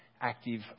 active